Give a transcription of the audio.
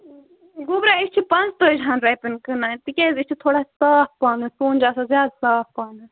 گوٚبراہ أسۍ چھِ پانٛژھ تٲجِہَن رۄپیَن کٕنان تِکیٛازِ أسۍ چھِ تھوڑا صاف پَہَمتھ سون چھِ آسان زیادٕ صاف پَہمتھ